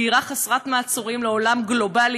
הדהירה חסרת המעצורים לעולם גלובלי,